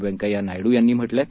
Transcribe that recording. व्यंकैय्या नायडू यांनी म्हटलं आहे